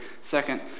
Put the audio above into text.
Second